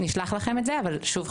נשלח לכם את זה אבל שוב,